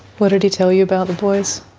what did he tell you about the boys?